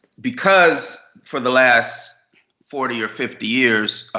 because for the last forty or fifty years,